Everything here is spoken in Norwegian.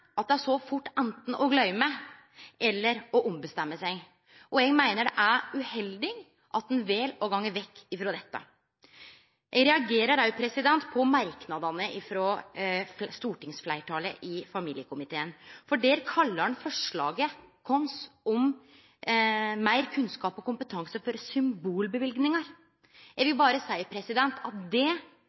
det er så fort anten å gløyme eller å ombestemme seg. Eg meiner det er uheldig at ein vel å gå vekk frå dette. Eg reagerer òg på merknadene frå fleirtalet i familiekomiteen når ein kallar forslaget vårt om meir kunnskap og kompetanse for «symbolbevilgning». Eg vil berre seie at det